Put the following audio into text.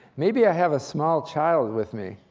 maybe i have a small child with me.